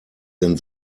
denn